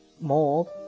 more